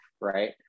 right